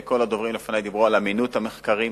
כל הדוברים לפני דיברו על אמינות המחקרים,